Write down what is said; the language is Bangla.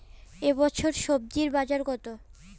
এ বছর স্বজি বাজার কত?